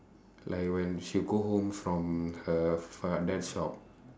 like when she go home from her father's shop